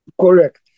Correct